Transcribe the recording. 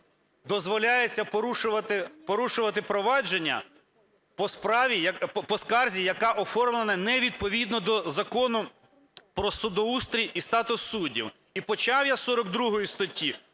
дозволяється порушувати провадження по скарзі, яка оформлена невідповідно до Закону "Про судоустрій і статус суддів". І почав я з 42 статті,